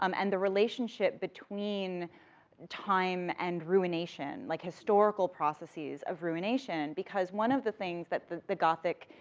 um and the relationship between time and ruination, like historical processes of ruination, because one of the things that the the gothic,